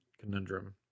conundrum